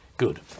Good